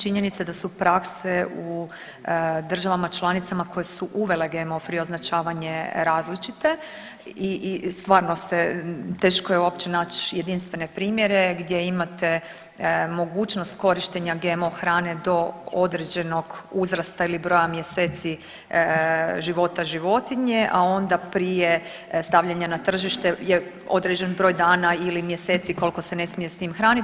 Činjenice da su prakse u državama članicama koje su uvele GMO free označavanje različite i stvarno se teško je uopće nać jedinstvene primjere gdje imate mogućnost korištenja GMO hrane do određenog uzrasta ili broja mjeseci života životinje, a onda prije stavljanja na tržište je određen broj dana ili mjeseci koliko se ne smije s tim hranit.